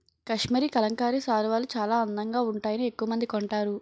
కాశ్మరీ కలంకారీ శాలువాలు చాలా అందంగా వుంటాయని ఎక్కవమంది కొంటారు